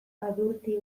adurti